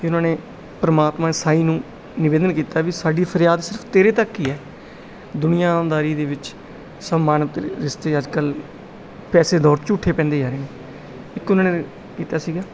ਕਿ ਉਹਨਾਂ ਨੇ ਪਰਮਾਤਮਾ ਸਾਈ ਨੂੰ ਨਿਵੇਦਨ ਕੀਤਾ ਵੀ ਸਾਡੀ ਫਰਿਆਦ ਸਿਰਫ ਤੇਰੇ ਤੱਕ ਹੀ ਹੈ ਦੁਨੀਆਦਾਰੀ ਦੇ ਵਿੱਚ ਸਨਮਾਨਿਤ ਰਿਸ਼ਤੇ ਅੱਜ ਕੱਲ੍ਹ ਪੈਸੇ ਦੌਰ ਝੂਠੇ ਪੈਂਦੇ ਜਾ ਰਹੇ ਆ ਇੱਕ ਉਹਨਾਂ ਨੇ ਕੀਤਾ ਸੀਗਾ